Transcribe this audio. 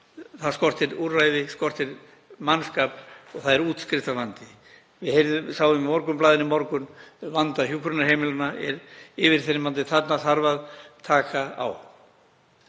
Þar skortir úrræði, skortir mannskap og það er útskriftarvandi. Við sáum í Morgunblaðinu í morgun að vandi hjúkrunarheimilanna er yfirþyrmandi. Þarna þarf að taka á.